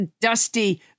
dusty